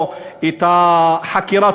או את החקירה,